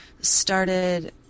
started